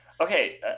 okay